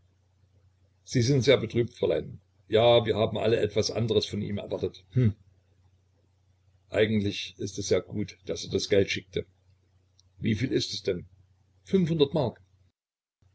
sie sind sehr betrübt fräulein ja wir haben alle etwas anderes von ihm erwartet hm eigentlich ist es sehr gut daß er das geld schickte wie viel ist es denn fünfhundert mark